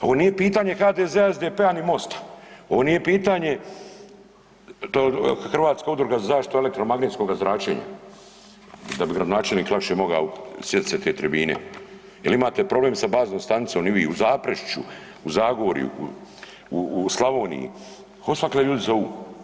Ovo nije pitanje HDZ-a, SDP-a ni Mosta, ovo nije pitanje Hrvatska udruga za zaštitu elektromagnetskoga zračenja da bi gradonačelnik lakše mogao sjetiti se te tribine jel imate problem sa baznom stanicom u Zaprešiću, u Zagorju, u Slavoniji odsvakle ljudi zovu.